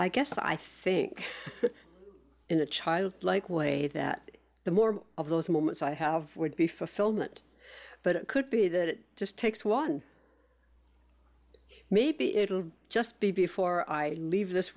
i guess i think in a child like way that the more of those moments i have would be fulfillment but it could be that it just takes one maybe it'll just be before i leave this